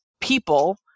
people